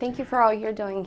thank you for all you're doing